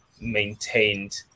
maintained